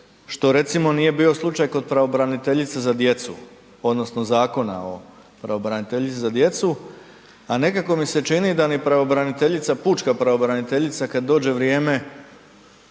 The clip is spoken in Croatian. što recimo nije bio slučaj kod pravobraniteljice za djecu, odnosno zakona o pravobraniteljici za djecu. A nekako mi se čini da ni pravobraniteljica, pučka pravobraniteljica kada dođe vrijeme